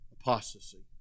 apostasy